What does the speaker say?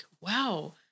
Wow